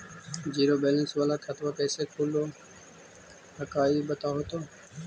Zero balance वाला खतवा कैसे खुलो हकाई बताहो तो?